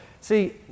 see